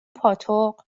پاتق